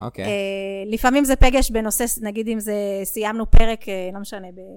אוקיי. לפעמים זה פגש בנושא, נגיד אם זה, סיימנו פרק, לא משנה.